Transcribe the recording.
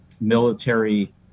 military